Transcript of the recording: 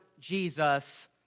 jesus